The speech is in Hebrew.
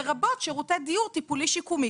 כמיליארד ו-360 מיליון שקלים.